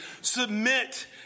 Submit